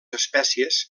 espècies